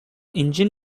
engine